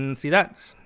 and see that?